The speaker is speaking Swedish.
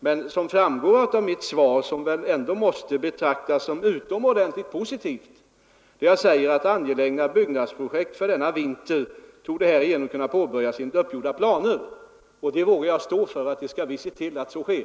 Men jag säger ju i mitt svar, som väl ändå måste betraktas som mycket positivt: ”Angelägna byggnadsprojekt för denna vinter torde härigenom kunna påbörjas enligt uppgjorda planer.” Det vågar jag stå för; vi skall se till att så sker.